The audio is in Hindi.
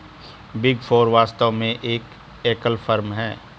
बिग फोर वास्तव में एक एकल फर्म है